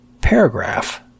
paragraph